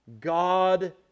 God